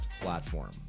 platform